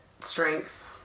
strength